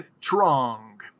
Trong